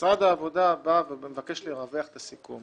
משרד העבודה מבקש לרווח את הסיכום